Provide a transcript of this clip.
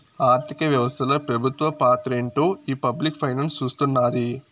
ఆర్థిక వ్యవస్తల పెబుత్వ పాత్రేంటో ఈ పబ్లిక్ ఫైనాన్స్ సూస్తున్నాది